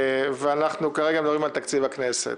אנחנו מדברים כרגע על תקציב הכנסת.